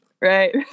Right